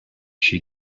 she